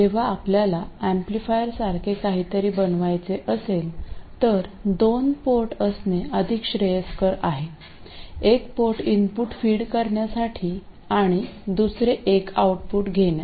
जेव्हा आपल्याला एम्पलीफायरसारखे काहीतरी बनवायचे असेल तर दोन पोर्ट असणे अधिक श्रेयस्कर आहे एक पोर्ट इनपुट फीड करण्यासाठी आणि दुसरे एक आउटपुट घेण्यास